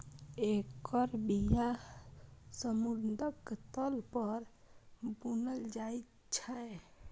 एकर बिया समुद्रक तल पर बुनल जाइ छै